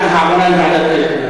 הוא בעד העברה לוועדת הכלכלה,